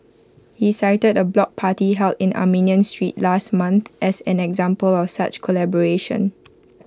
he cited A block party held in Armenian street last month as an example of such collaboration